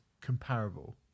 comparable